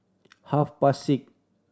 half past six